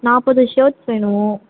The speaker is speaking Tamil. நாற்பது ஷேர்ட்ஸ் வேணும்